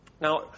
Now